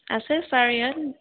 আছে ছাৰ ইয়াত